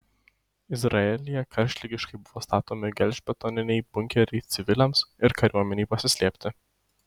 izraelyje karštligiškai buvo statomi gelžbetoniniai bunkeriai civiliams ir kariuomenei pasislėpti